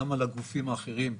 גם על הגופים האחרים.